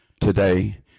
today